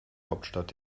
hauptstadt